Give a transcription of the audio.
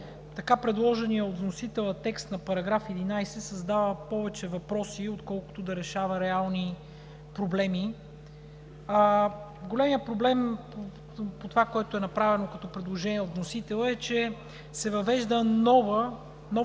Така предложеният от вносителя текст на § 11 създава повече въпроси, отколкото да решава реални проблеми. Големият проблем по това, което е направено като предложение от вносителя, е, че се въвежда нов тип